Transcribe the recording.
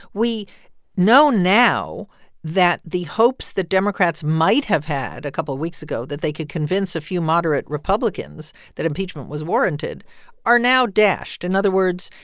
we know now that the hopes the democrats might have had a couple weeks ago that they could convince a few moderate republicans that impeachment was warranted are now dashed. in other words,